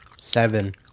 seven